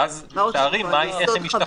ואז מתארים איך היא משתכנעת.